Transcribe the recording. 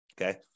okay